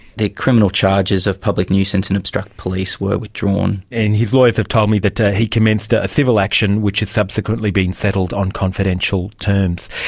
the criminal charges of public nuisance and obstruct police were withdrawn. and his lawyers have told me that he commenced a civil action which has has subsequently been settled on confidential terms.